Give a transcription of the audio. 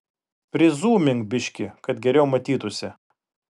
prizūmink biškį kad geriau matytųsi